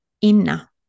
Inna